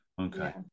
Okay